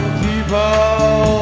people